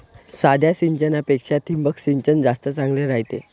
साध्या सिंचनापेक्षा ठिबक सिंचन जास्त चांगले रायते